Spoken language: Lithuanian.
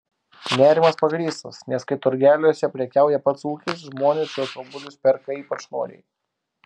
nerimas pagrįstas nes kai turgeliuose prekiauja pats ūkis žmonės šiuos obuolius perka ypač noriai